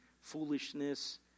foolishness